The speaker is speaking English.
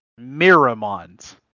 Miramons